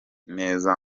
neza